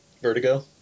Vertigo